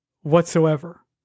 whatsoever